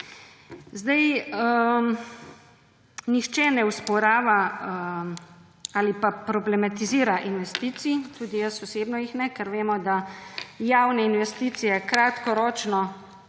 Nihče ne osporava ali pa problematizira investicij. Tudi jaz osebno jih ne, ker vemo, da javne investicije kratkoročno